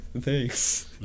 thanks